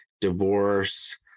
divorce